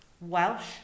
Welsh